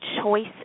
choice